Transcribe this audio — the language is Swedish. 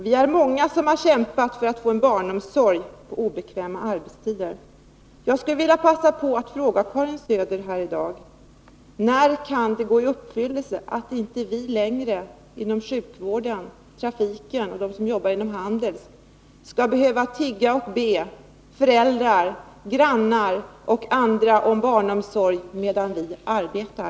Vi är många som har kämpat för att få en barnomsorg på obekväma arbetstider. Jag skulle vilja passa på och fråga Karin Söder här i dag: När kan det gå i uppfyllelse att vi inom sjukvården, trafiken och handeln inte längre skall behöva tigga och be föräldrar, grannar och andra om barnomsorg medan vi arbetar?